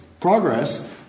progress